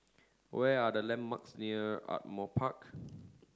what are the landmarks near Ardmore Park